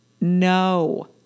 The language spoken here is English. No